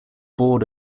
board